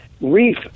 Reef